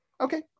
Okay